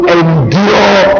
endure